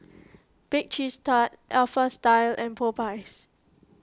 Bake Cheese Tart Alpha Style and Popeyes